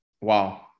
wow